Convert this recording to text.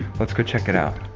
let's go check it out.